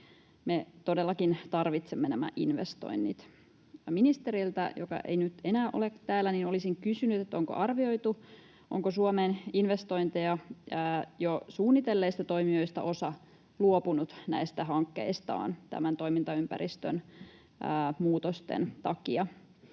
Me todellakin tarvitsemme nämä investoinnit. Ja ministeriltä, joka ei nyt enää ole täällä, olisin kysynyt, onko arvioitu, onko osa Suomeen investointeja jo suunnitelleista toimijoista luopunut näistä hankkeistaan toimintaympäristön muutosten takia.